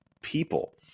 people